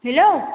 hello